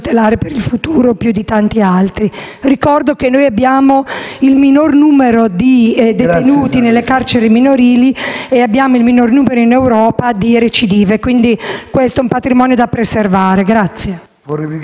Ricordo che noi abbiamo il minor numero di detenuti nelle carceri minorili e il minor numero in Europa di recidive. Questo è un patrimonio da preservare.